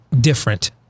different